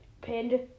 pinned